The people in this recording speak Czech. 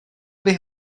bych